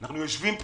אנחנו יושבים פה,